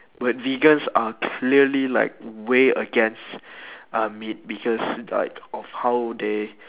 but vegans are clearly like way against uh meat because it's like of how they